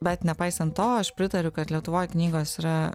bet nepaisant to aš pritariu kad lietuvoj knygos yra